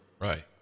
Right